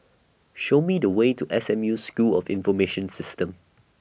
Show Me The Way to S M U School of Information Systems